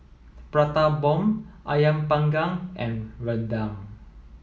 Prata Bomb Ayam panggang and Rendang